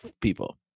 people